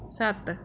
ਸੱਤ